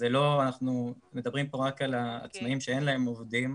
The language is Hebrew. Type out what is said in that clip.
אז אנחנו מדברים פה רק על העצמאים שאין להם עובדים,